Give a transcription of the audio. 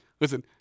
Listen